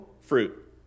fruit